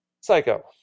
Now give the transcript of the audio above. Psycho